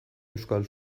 euskal